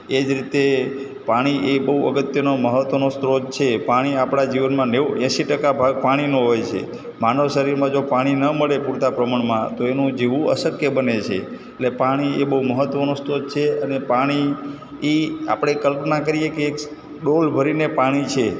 એ જ રીતે પાણી એ બહુ અગત્યનો મહત્ત્વનો સ્ત્રોત છે પાણી આપણા જીવનમાં નેવું એંસી ટકા ભાગ પાણીનો હોય છે માનવ શરીરમાં જો પાણી ન મળે પૂરતાં પ્રમાણમાં તો એનું જીવવું અશક્ય બને છે એટલે પાણી એ બહુ મહત્ત્વનો સ્ત્રોત છે અને પાણી એ આપણે કલ્પના કરીએ કે એક ડોલ ભરીને પાણી છે